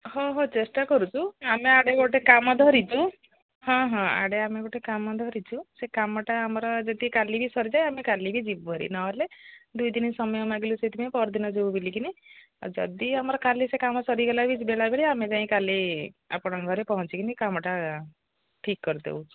ହଁ ହଉ ଚେଷ୍ଟା କରୁଛୁ ଆମେ ଇଆଡ଼େ ଗୋଟେ କାମ ଧରିଛୁ ହଁ ହଁ ଇଆଡ଼େ ଆମେ ଗୋଟେ କାମ ଧରିଛୁ ସେ କାମଟା ଆମର ଯଦି କାଲିକି ସରିଯାଏ ଆମେ କାଲିକି ଯିବୁ ନହେଲେ ଦୁଇ ତିନ ଦିନ ସମୟ ମାଗିଲୁ ସେଇଥିପାଇଁ ପରଦିନ ଯିବୁ ବୋଲିକି ଆଉ ଯଦି ଆମର କାଲି ସେ କାମ ସରିଗଲା ବି ବେଳାବେଳି ଆମେ ଯାଇ କାଲି ଆପଣଙ୍କ ଘରେ ପହଞ୍ଚିକି କାମଟା ଠିକ୍ କରିଦେବୁ